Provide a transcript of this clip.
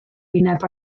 wyneb